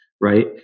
right